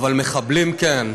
אבל מחבלים, כן.